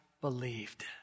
believed